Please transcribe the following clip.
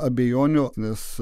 abejonių nes